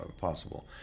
possible